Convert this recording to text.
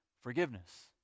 forgiveness